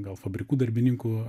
gal fabrikų darbininkų